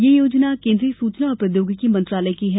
यह योजना केंद्रीय सूचना एवं प्रोद्यागिकी मंत्रालय की है